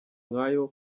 nk’ayo